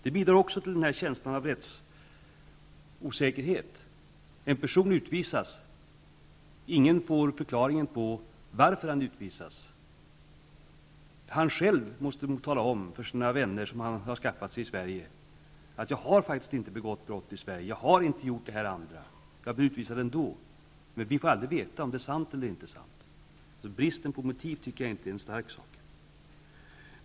Det bidrar också till känslan av rättsosäkerhet. En person utvisas, och ingen får förklaringen till varför han utvisas. Han måste själv tala om för de vänner som han har skaffat sig i Sverige att han faktiskt inte har begått brott i Sverige utan att han blir utvisad ändå. Men vi får aldrig veta om det är sant eller inte. Bristen på motiv tycker jag inte är någon stark sak.